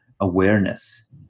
awareness